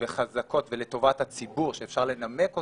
חזקות לטובת הציבור, שאפשר לנמק אותן,